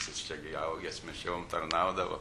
jis čia gi augęs mišiom tarnaudavo